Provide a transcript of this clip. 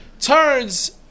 turns